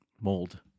mold